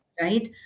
Right